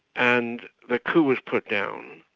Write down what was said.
and the coup was put down.